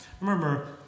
remember